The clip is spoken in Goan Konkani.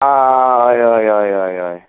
आ हय हय हय हय हय